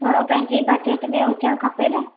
थोरो पंहिंजी बजट में हुजणु खपे न